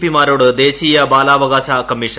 പിമാരോട് ദേശീയ ബാലാവകാശ കമ്മീഷൻ